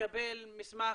לקבל מסמך